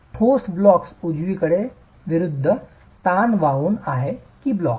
ठोस ब्लॉक उजवीकडे विरुद्ध ताण वाहून आहे की ब्लॉक